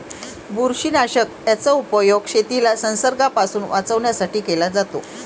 बुरशीनाशक याचा उपयोग शेतीला संसर्गापासून वाचवण्यासाठी केला जातो